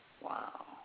Wow